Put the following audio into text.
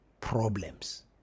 problems